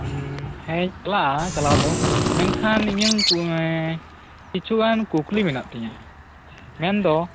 ᱦᱮᱸᱧ ᱪᱟᱞᱟᱜᱼᱟ ᱪᱟᱞᱟᱣ ᱫᱚ ᱢᱮᱱᱠᱷᱟᱱ ᱤᱧᱟᱹᱜ ᱠᱤᱪᱷᱩᱜᱟᱱ ᱠᱩᱠᱞᱤ ᱢᱮᱱᱟᱜ ᱛᱤᱧᱟᱹ ᱢᱮᱱᱫᱚ